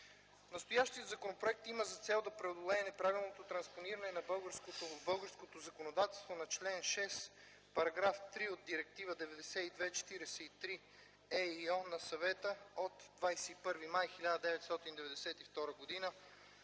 Настоящият законопроект има за цел да преодолее неправилното транспониране в българското законодателство на член 6 параграф 3 от Директива 92/43/ЕИО на Съвета от 21 май 1992 г.